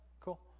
cool